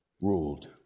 ruled